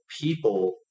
people